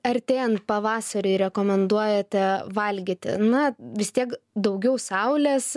artėjant pavasariui rekomenduojate valgyti na vis tiek daugiau saulės